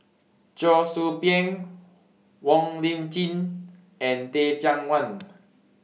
Cheong Soo Pieng Wong Lip Chin and Teh Cheang Wan